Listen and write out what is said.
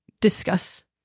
discuss